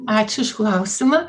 ačiū už klausimą